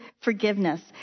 forgiveness